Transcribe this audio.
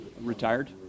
retired